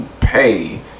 pay